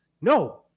No